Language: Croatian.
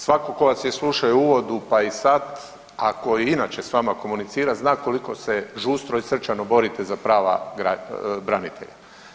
Svatko tko vas je slušao u uvodu, pa i sada a tko inače s vama komunicira zna koliko se žustro i srčano borite za prava branitelja.